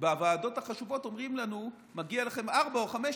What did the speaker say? בוועדות החשובות אומרים לנו: מגיע לכם ארבע או חמש,